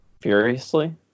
Furiously